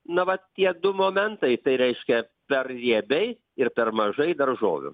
na vat tie du momentai tai reiškia per riebiai ir per mažai daržovių